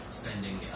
spending